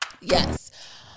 yes